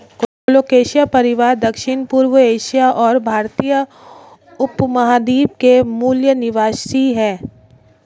colocasia परिवार दक्षिणपूर्वी Asia और भारतीय उपमहाद्वीप के मूल निवासी है